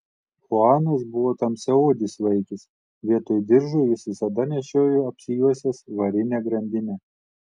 chuanas buvo tamsiaodis vaikis vietoj diržo jis visada nešiojo apsijuosęs varinę grandinę